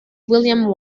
william